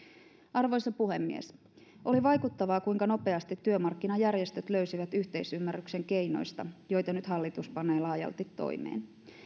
arvoisa puhemies oli vaikuttavaa kuinka nopeasti työmarkkinajärjestöt löysivät yhteisymmärryksen keinoista joita nyt hallitus panee laajalti toimeen